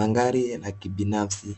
Magari ya kibinafsi